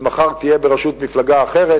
אם מחר תהיה בראשות מפלגה אחרת,